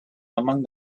among